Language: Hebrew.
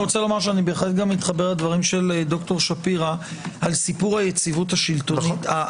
אני מתחבר לדברי ד"ר שפירא על סיפור היציבות השלטונית.